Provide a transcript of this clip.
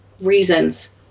reasons